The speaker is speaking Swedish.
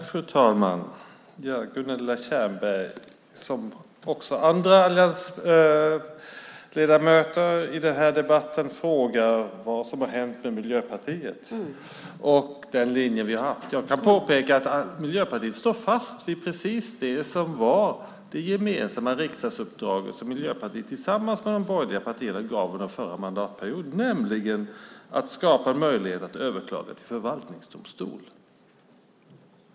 Fru talman! Gunilla Tjernberg, liksom också andra ledamöter i den här debatten, frågar vad som har hänt med Miljöpartiet och den linje vi har haft. Jag kan påpeka att Miljöpartiet står fast vid precis det som var det gemensamma riksdagsuppdraget som Miljöpartiet tillsammans med de borgerliga partierna gav under förra mandatperioden, nämligen att skapa en möjlighet att överklaga till förvaltningsdomstol.